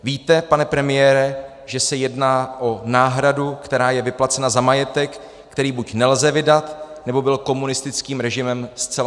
Víte, pane premiére, že se jedná o náhradu, která je vyplacena za majetek, který buď nelze vydat, nebo byl komunistickým režimem zcela zplundrován?